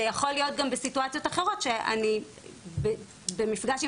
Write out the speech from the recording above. זה יכול להיות גם בסיטואציות אחרות שאני במפגש עם